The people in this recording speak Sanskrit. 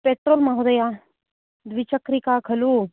पेट्रोल् महोदय द्विचक्रिका खलु